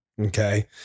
Okay